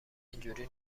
اینجوری